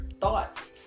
thoughts